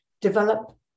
develop